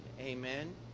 Amen